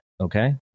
Okay